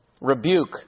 Rebuke